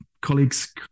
colleagues